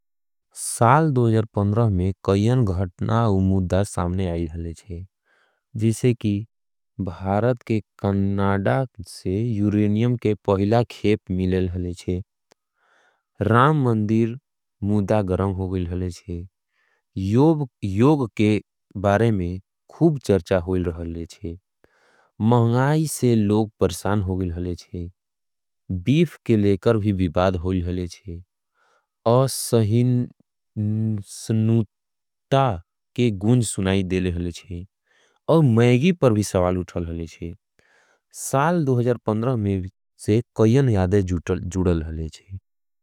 साल में कईयन घटनाव मुद्धा सामने आयील हलेज़े। जिसे कि भारत के कन्नाडा से यूरिनियम के पहला खेप मिलेल हलेजे। राम मंदीर मुद्धा गरम होगील हलेजे। योग के बारे में खुब चर्चा होगील हलेजे। महणाई से लोग परसान होगील हलेजे। बीफ के लेकर भी विबाद होगील हलेजे। असहिन सनूता के गुंज सुनाई देले हलेजे। अव मैगी पर भी सवाल उठल हलेजे। साल में से कईयन यादे जुडल हलेजे।